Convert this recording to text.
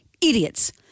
Idiots